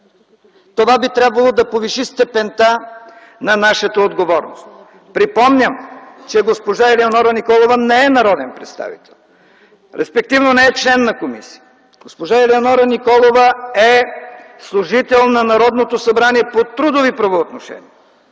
Това би трябвало да повиши степента на нашата отговорност. Припомням, че госпожа Елеонора Николова не е народен представител, респективно не е член на комисията. Госпожа Елеонора Николова е служител на Народното събрание по трудови правоотношения.